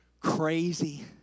Crazy